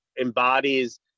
embodies